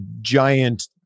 giant